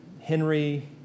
Henry